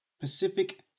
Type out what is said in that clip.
Pacific